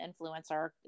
influencer